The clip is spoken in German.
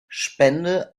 spende